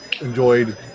enjoyed